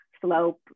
slope